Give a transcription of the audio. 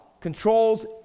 controls